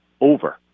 over